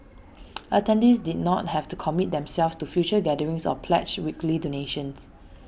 attendees did not have to commit themselves to future gatherings or pledge weekly donations